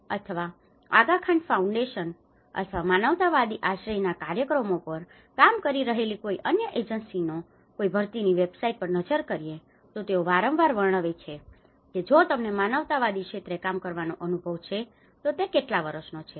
અથવા આગાખાન ફાઉન્ડેશન અથવા માનવતાવાદી આશ્રયના કાર્યક્રમો પર કામ કરી રહેલી કોઈ અન્ય એજન્સીઓની કોઈ ભરતીની વેબસાઇટ પર નજર કરીએ તો તેઓ વારંવાર વર્ણવે છે કે જો તમને માનવતાવાદી ક્ષેત્રે કામ કરવાનો અનુભવ છે તો કેટલા વર્ષોનો છે